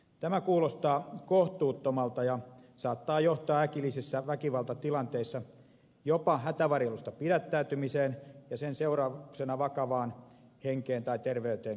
tämä kuulostaa kohtuuttomalta ja saattaa johtaa äkillisissä väkivaltatilanteissa jopa hätävarjelusta pidättäytymiseen ja sen seurauksena vakavaan henkeen tai terveyteen kohdistuvaan seuraamukseen